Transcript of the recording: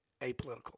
apolitical